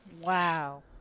Wow